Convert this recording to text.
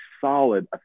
solid